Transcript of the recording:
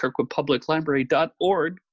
KirkwoodPublicLibrary.org